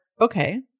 okay